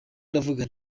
ndavuga